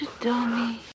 dummy